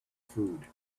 food